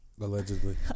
Allegedly